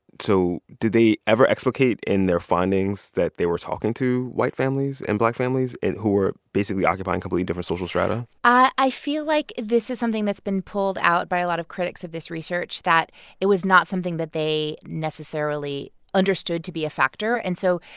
so did they ever explicate in their findings that they were talking to white families and black families who were basically occupying completely different social strata? i feel like this is something that's been pulled out by a lot of critics of this research that it was not something that they necessarily understood to be a factor. and so,